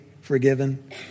forgiven